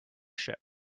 ship